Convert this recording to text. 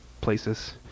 places